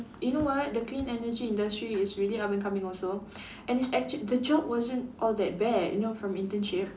you know what the clean energy industry is really up and coming also and it's actually the job wasn't all that bad you know from internship